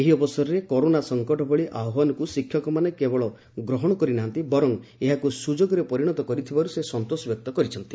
ଏହି ଅବସରରେ କରୋନା ସଙ୍କଟ ଭଳି ଆହ୍ୱାନକୁ ଶିକ୍ଷକମାନେ କେବଳ ଗ୍ରହଣ କରି ନାହାନ୍ତି ବରଂ ଏହାକୁ ସୁଯୋଗରେ ପରିଣତ କରିଥିବାରୁ ସେ ସନ୍ତୋଷ ବ୍ୟକ୍ତ କରିଛନ୍ତି